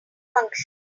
function